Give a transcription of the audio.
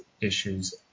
issues